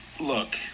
look